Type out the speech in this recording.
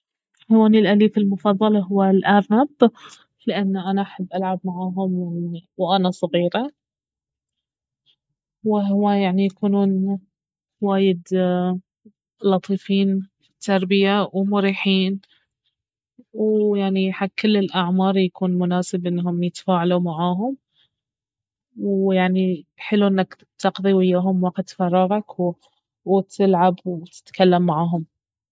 حيواني الاليف المفضل اهو الارنب لان انا احب العب معاهم وانا صغيرة وهو يعني يكونون وايد لطيفين في التربية ومريحين ويعني حق كل الاعمار يكون مناسب انهم يتفاعلون معاهم ويعني حلو انك تقضي وياهم وقت فراغك وتلعب وتتكلم معاهم